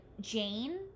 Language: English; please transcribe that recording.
Jane